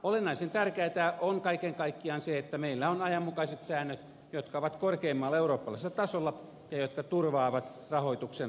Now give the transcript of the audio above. olennaisen tärkeätä on kaiken kaikkiaan se että meillä on ajanmukaiset säännöt jotka ovat korkeimmalla eurooppalaisella tasolla ja jotka turvaavat rahoituksen avoimuuden